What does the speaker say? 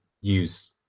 use